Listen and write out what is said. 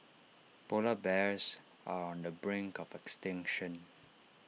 Polar Bears are on the brink of extinction